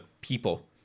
people